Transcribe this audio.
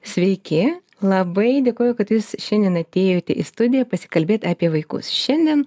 sveiki labai dėkoju kad jūs šiandien atėjote į studiją pasikalbėt apie vaikus šiandien